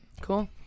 Cool